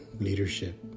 Leadership